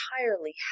entirely